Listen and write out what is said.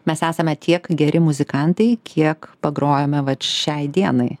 mes esame tiek geri muzikantai kiek pagrojame vat šiai dienai